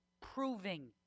proving